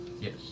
Yes